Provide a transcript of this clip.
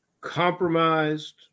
compromised